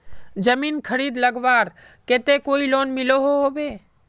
जमीन खरीद लगवार केते कोई लोन मिलोहो होबे?